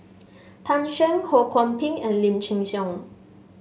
Tan Shen Ho Kwon Ping and Lim Chin Siong